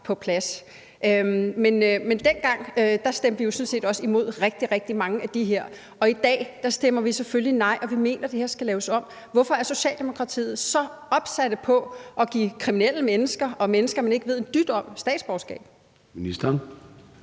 på plads. Men dengang stemte vi jo sådan set også imod rigtig, rigtig mange af dem her, og i dag stemmer vi selvfølgelig nej, og vi mener, at det her skal laves om. Hvorfor er Socialdemokratiet så opsat på at give kriminelle mennesker og mennesker, man ikke ved en dyt om, statsborgerskab? Kl.